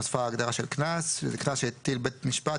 בעמוד 3 נוספה הגדרה של "קנס": "קנס שהטיל בית משפט,